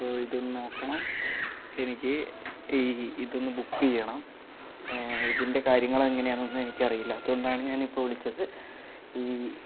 അപ്പോൾ ഇതൊന്ന് നോക്കണം എനിക്ക് ഈ ഇതൊന്ന് ബുക്ക് ചെയ്യണം ഇതിൻ്റെ കാര്യങ്ങൾ എങ്ങനെയാണെന്നൊന്നും എനിക്കറിയില്ല അതുകൊണ്ടാണ് ഞാനിപ്പോൾ വിളിച്ചത് ഈ